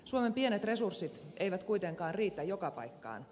suomen pienet resurssit eivät kuitenkaan riitä joka paikkaan